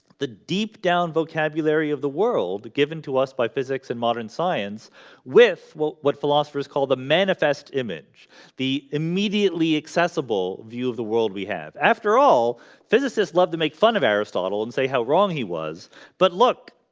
the deep down vocabulary of the world given to us by physics and modern science with what what philosophers call the manifest image the immediately accessible view of the world we have after all physicists love to make fun of aristotle and say how wrong he was but look